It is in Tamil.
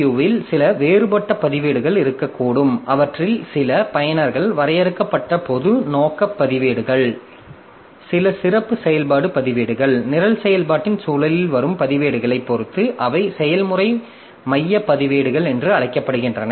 CPU இல் சில வேறுபட்ட பதிவேடுகள் இருக்கக்கூடும் அவற்றில் சில பயனர்கள் வரையறுக்கப்பட்ட பொது நோக்கப் பதிவேடுகள் சில சிறப்பு செயல்பாடு பதிவேடுகள் நிரல் செயல்பாட்டின் சூழலில் வரும் பதிவேடுகளைப் பொறுத்து அவை செயல்முறை மைய பதிவேடுகள் என்று அழைக்கப்படுகின்றன